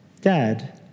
dad